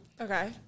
Okay